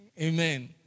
Amen